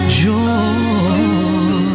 joy